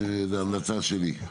זו המלצה שלי.